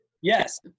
Yes